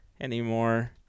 anymore